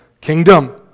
kingdom